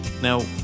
Now